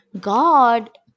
God